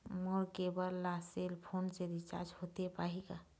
मोर cable ला cell phone से recharge होथे पाही का?